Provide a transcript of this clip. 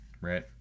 right